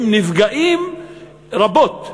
הם נפגעים רבות,